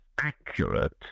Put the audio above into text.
accurate